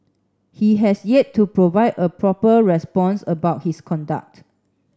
he has yet to provide a proper response about his conduct